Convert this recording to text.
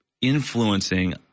influencing